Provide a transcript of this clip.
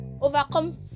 Overcome